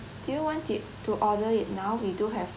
do you want it to order it now we do have